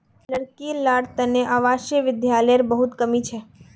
लड़की लार तने आवासीय विद्यालयर बहुत कमी छ